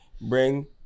Bring